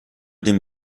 den